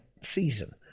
season